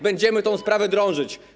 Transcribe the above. Będziemy tę sprawę drążyć.